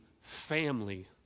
family